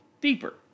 deeper